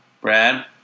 Brad